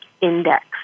Index